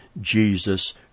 Jesus